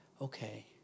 okay